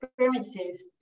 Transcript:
experiences